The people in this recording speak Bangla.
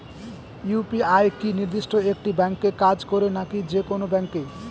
ইউ.পি.আই কি নির্দিষ্ট একটি ব্যাংকে কাজ করে নাকি যে কোনো ব্যাংকে?